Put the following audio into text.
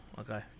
okay